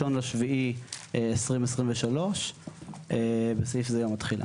ביום 1 ביולי 2023 (בסעיף זה יום התחילה).